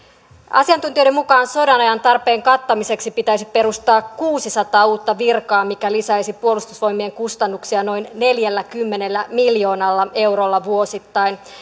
asiantuntijoiden mukaan sodanajan tarpeen kattamiseksi pitäisi perustaa kuusisataa uutta virkaa mikä lisäisi puolustusvoimien kustannuksia noin neljälläkymmenellä miljoonalla eurolla vuosittain